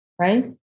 right